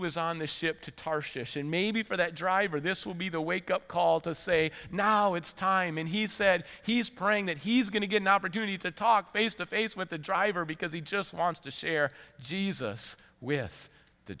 was on the ship to tarshish and maybe for that driver this will be the wake up call to say now it's time and he said he's praying that he's going to get an opportunity to talk face to face with the driver because he just wants to share jesus with the